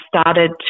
started